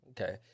okay